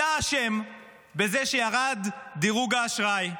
אתה אשם בזה שירד דירוג האשראי,